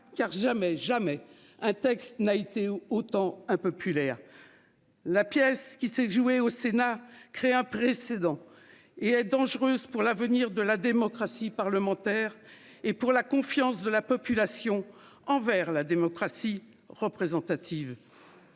car, jamais, jamais un texte n'a été autant impopulaire. La pièce qui s'est jouée au Sénat crée un précédent et dangereuse pour l'avenir de la démocratie parlementaire et pour la confiance de la population envers la démocratie représentative.